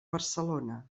barcelona